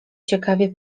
ciekawie